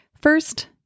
First